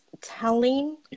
telling